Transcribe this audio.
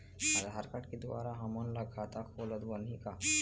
आधार card के द्वारा हमन ला खाता खोलत बनही का?